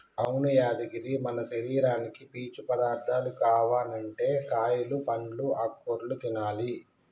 అవును యాదగిరి మన శరీరానికి పీచు పదార్థాలు కావనంటే కాయలు పండ్లు ఆకుకూరలు తినాలి